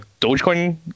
dogecoin